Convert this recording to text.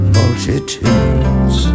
multitudes